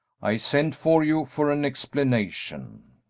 i sent for you for an explanation.